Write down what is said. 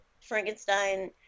Frankenstein